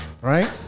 right